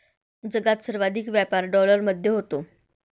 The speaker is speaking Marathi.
जगात सर्वाधिक व्यापार डॉलरमध्ये होतो